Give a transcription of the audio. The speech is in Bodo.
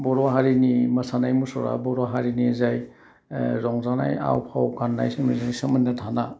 बर' हारिनि मोसानाइ मुसुरा बर' हारिनि जाय रंजानाय आवफाव गान्नाय सोमोन्दोजों सोमोन्दो थाना